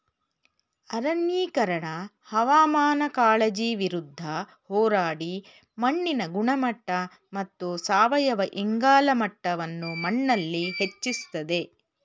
ಅರಣ್ಯೀಕರಣ ಹವಾಮಾನ ಕಾಳಜಿ ವಿರುದ್ಧ ಹೋರಾಡಿ ಮಣ್ಣಿನ ಗುಣಮಟ್ಟ ಮತ್ತು ಸಾವಯವ ಇಂಗಾಲ ಮಟ್ಟವನ್ನು ಮಣ್ಣಲ್ಲಿ ಹೆಚ್ಚಿಸ್ತದೆ